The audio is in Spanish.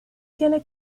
tiene